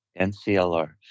NCLR